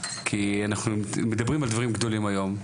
כי אנחנו מדברים על דברים גדולים היום,